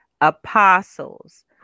apostles